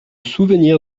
souvenir